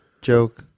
joke